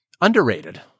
Underrated